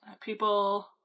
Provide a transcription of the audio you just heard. people